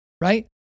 right